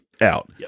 out